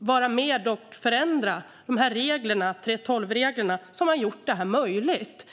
vara med och förändra 3:12-reglerna som har gjort detta möjligt.